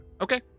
Okay